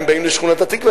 הם באים לשכונת התקווה,